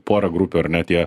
porą grupių ar ne tie